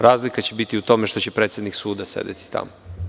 Razlika će biti u tome što će predsednik suda sedeti tamo.